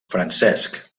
francesc